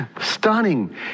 stunning